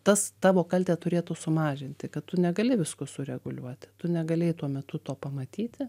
tas tavo kaltę turėtų sumažinti kad tu negali visko sureguliuoti tu negalėjai tuo metu to pamatyti